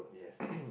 yes